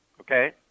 okay